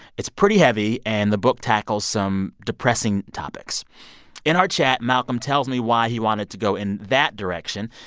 it's pretty heavy, and the book tackles some depressing topics in our chat, malcolm tells me why he wanted to go in that direction.